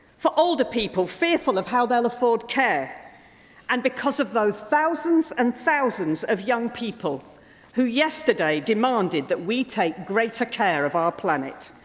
for older people fearful of how they will afford care and because of the thousands and thousands of young people who yesterday demanded that we take greater care of our planet,